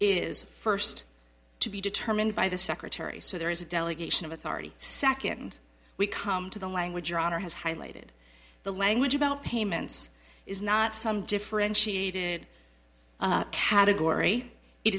is first to be determined by the secretary so there is a delegation of authority second we come to the language your honor has highlighted the language about payments is not some differentiated category it